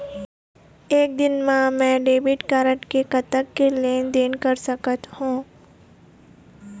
एक दिन मा मैं डेबिट कारड मे कतक के लेन देन कर सकत हो?